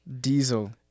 Diesel